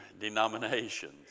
denominations